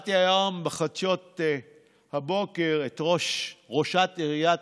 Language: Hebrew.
שמעתי היום בחדשות הבוקר את ראשת עיריית